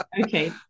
Okay